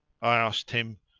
i asked him,